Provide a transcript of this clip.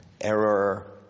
error